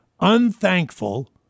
unthankful